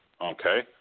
Okay